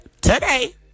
Today